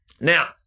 Now